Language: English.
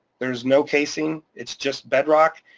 there's no casing, it's just bedrock,